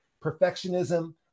perfectionism